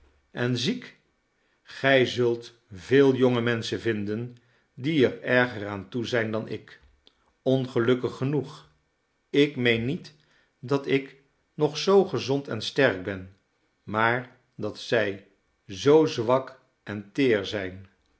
en ziek gij zult veel jonge menschen vinden die er erger aan toe zijn dan ik ongelukkig genoeg ik meen niet dat ik nog zoo gezond en sterk ben maar dat zij zoo zwak en teer zijn